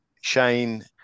Shane